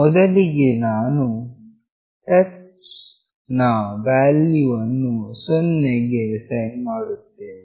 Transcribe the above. ಮೊದಲಿಗೆ ನಾವು ಟಚ್ ನ ವ್ಯಾಲ್ಯೂ ಅನ್ನು 0 ಗೆ ಅಸೈನ್ ಮಾಡುತ್ತೇವೆ